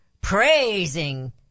praising